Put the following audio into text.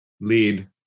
Lead